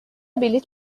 بلیط